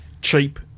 cheap